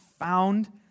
found